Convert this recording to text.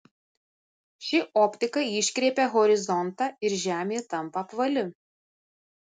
ši optika iškreipia horizontą ir žemė tampa apvali